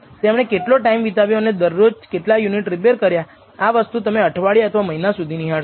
તેમણે કેટલો ટાઈમ વિતાવ્યો અને દરરોજ કેટલા યુનિટ રીપેર કર્યા આ વસ્તુ તમે અઠવાડિયા અથવા મહિના સુધી નિહાળશો